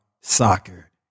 soccer